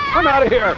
i'm out of here!